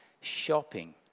shopping